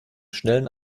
schnellen